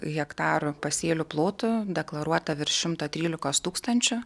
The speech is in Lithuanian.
hektarų pasėlių plotų deklaruota virš šimto trylikos tūkstančių